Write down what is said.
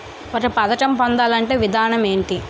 ఒక పథకం పొందాలంటే విధానం ఏంటి?